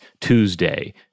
Tuesday